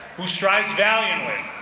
who strives valiantly.